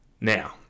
Now